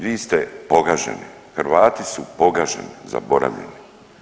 Vi ste pogaženi, Hrvati su pogaženi, zaboravljeni.